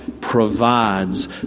provides